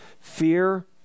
fear